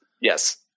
Yes